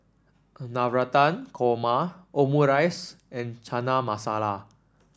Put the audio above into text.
Navratan Korma Omurice and Chana Masala